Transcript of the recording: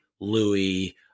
Louis